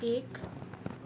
एक